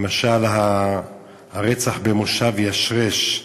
למשל, הרצח במושב ישרש,